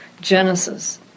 Genesis